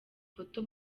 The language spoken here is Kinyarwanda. foto